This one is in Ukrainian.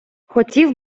хотів